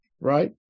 right